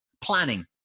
planning